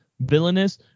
villainous